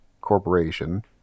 corporation